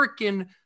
freaking